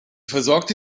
versorgte